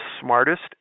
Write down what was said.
smartest